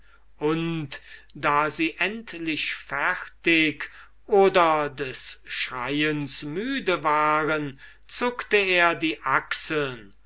und da sie endlich fertig oder des schreiens müde waren zuckte er die achseln